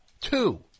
Two